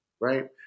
right